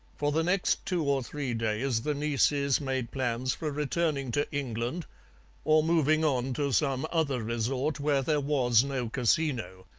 for the next two or three days the nieces made plans for returning to england or moving on to some other resort where there was no casino.